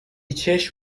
چشم